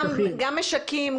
גם משקים,